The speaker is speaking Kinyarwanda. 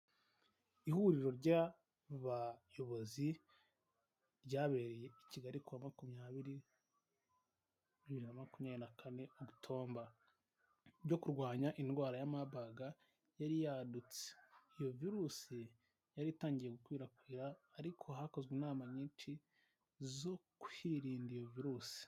Ihuriro ry'abayobozi, ryabereye i kigali kuwa makumyabiri na bibiri na makumyabiri na kane ogutoba, ryo kurwanya indwara ya mabaga, yari yadutse. Iyo virusi yari itangiye gukwirakwira, ariko hakozwe inama nyinshi zo kwirinda iyo virusi.